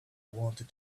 wanted